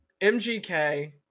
MGK